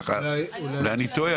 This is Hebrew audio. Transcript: אולי אני טועה,